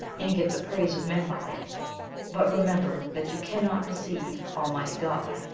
and get the praise of men by it but remember that you cannot deceive almighty god,